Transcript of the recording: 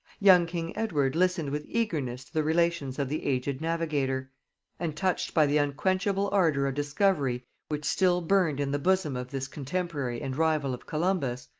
young king edward listened with eagerness to the relations of the aged navigator and touched by the unquenchable ardor of discovery which still burned in the bosom of this contemporary and rival of columbus,